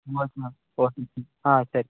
ಹಾಂ ಸರಿ